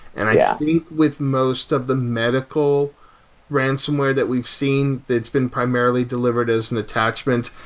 and i yeah think with most of the medical ransomware that we've seen that's been primarily delivered as an attachment,